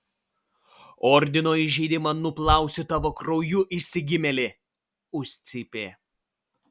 ordino įžeidimą nuplausiu tavo krauju išsigimėli užcypė